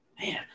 Man